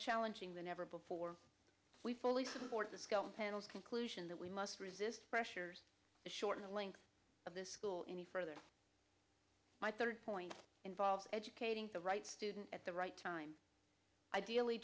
challenging than ever before we fully support the skill panel's conclusion that we must resist pressures to shorten the length of the school any further my third point involves educating the right student at the right time ideally